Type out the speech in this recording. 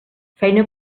feina